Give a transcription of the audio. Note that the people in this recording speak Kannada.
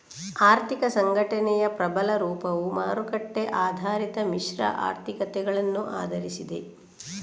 ಆರ್ಥಿಕ ಸಂಘಟನೆಯ ಪ್ರಬಲ ರೂಪವು ಮಾರುಕಟ್ಟೆ ಆಧಾರಿತ ಮಿಶ್ರ ಆರ್ಥಿಕತೆಗಳನ್ನು ಆಧರಿಸಿದೆ